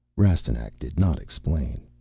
rastignac did not explain.